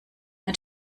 ein